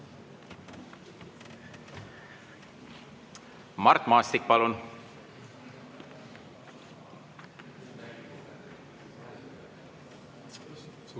Mart Maastik, palun!